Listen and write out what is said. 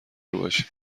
باشیم